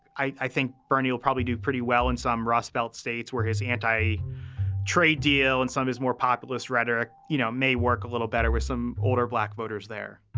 i think bernie will probably do pretty well in some rust belt states where his anti trade deal and some is more populist rhetoric, you know, may work a little better with some older black voters there